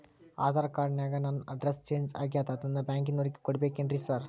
Aadhaar card ನ್ಯಾಗ ನನ್ address change ಆಗ್ಯಾದ ಅದನ್ನ ಬ್ಯಾಂಕಿನೊರಿಗೆ ಕೊಡ್ಬೇಕೇನ್ರಿ ಸಾರ್?